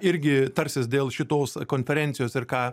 irgi tarsis dėl šitos konferencijos ir ką